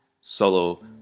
solo